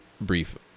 brief